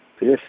Yes